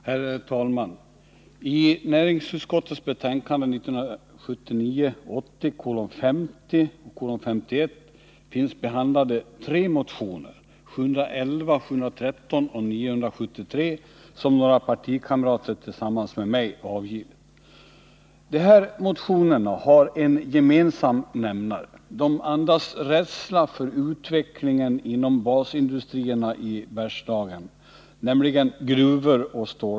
Herr talman! I näringsutskottets betänkanden 1979/80:50 och 51 finns behandlade tre motioner, 711, 713 och 973, som några partikamrater tillsammans med mig avgivit. De här motionerna har en gemensam nämnare: de andas rädsla för utvecklingen inom basindustrierna i Bergslagen, nämligen gruvorna och stålverken.